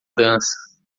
dança